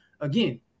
again